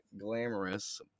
glamorous